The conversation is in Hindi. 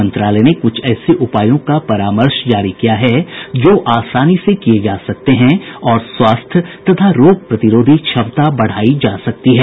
मंत्रालय ने कुछ ऐसे उपायों का परामर्श जारी किया है जो आसानी से किए जा सकते हैं और स्वास्थ्य तथा रोग प्रतिरोधी क्षमता बढ़ाई जा सकती है